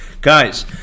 Guys